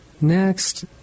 Next